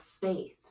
faith